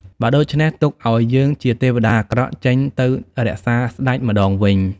បើដូច្នេះទុកអោយយើងជាទេវតាអាក្រក់ចេញទៅរក្សាស្តេចម្តងវិញ។